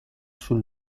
sul